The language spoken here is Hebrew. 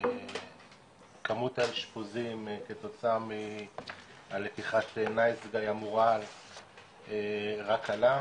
כמות האשפוזים כתוצאה מהלקיחה של "נייס גאי" המורעל רק עלה,